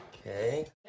Okay